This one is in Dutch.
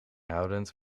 houdend